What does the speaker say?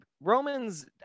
Romans